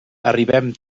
arribem